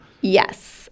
Yes